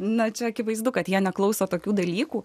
na čia akivaizdu kad jie neklauso tokių dalykų